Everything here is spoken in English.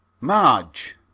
Marge